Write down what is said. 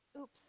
oops